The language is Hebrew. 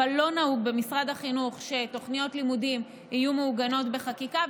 אבל לא נהוג במשרד החינוך שתוכניות לימודים יהיו מעוגנות בחקיקה,